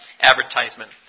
advertisement